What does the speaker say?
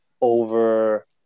over